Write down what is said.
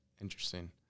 Interesting